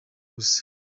gusa